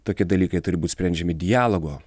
tokie dalykai turi būt sprendžiami dialogo